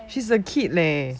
she's a kid leh